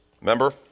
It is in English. remember